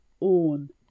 own